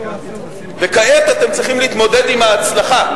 וכעת אתם צריכים להתמודד עם ההצלחה,